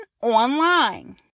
online